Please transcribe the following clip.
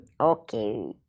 Okay